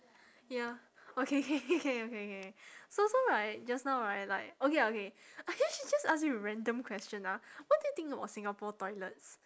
ya okay K K K okay okay okay so so right just now right like okay okay I should just ask you random question ah what do you think about singapore toilets